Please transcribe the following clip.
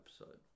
episode